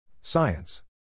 Science